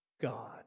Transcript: God